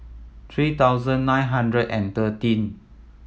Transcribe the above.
three thousand nine hundred and thirteen